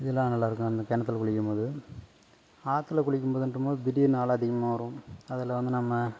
இதெல்லாம் நல்லாருக்கும் அந்த கிணத்துல குளிக்கும்போது ஆற்றுல குளிக்கும்போதுன்றம்போது திடீர்ன்னு அலை அதிகமாக வரும் அதில் வந்து நம்ம